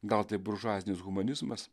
gal tai buržuazinis humanizmas